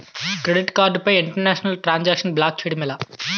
Credit card పై international transaction block చేయటం ఎలా?